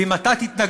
ואם אתה תתנגד,